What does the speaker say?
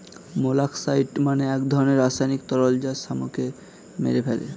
molluscicide মানে এক ধরনের রাসায়নিক তরল যা শামুককে মেরে ফেলে